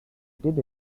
did